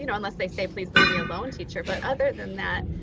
you know unless they say please leave me alone teacher. but other than that,